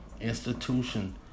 institution